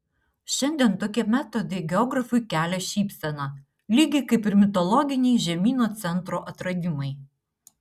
šiandien tokie metodai geografui kelia šypseną lygiai kaip ir mitologiniai žemyno centro atradimai